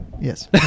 Yes